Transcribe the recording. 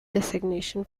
designation